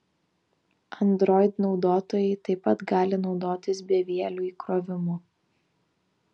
android naudotojai taip pat gali naudotis bevieliu įkrovimu